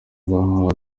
bahawe